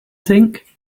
think